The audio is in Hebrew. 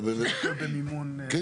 זה במימון משרד הגנת הסביבה.